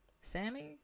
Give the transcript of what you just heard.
Sammy